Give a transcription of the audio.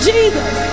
Jesus